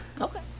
Okay